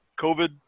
COVID